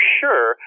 sure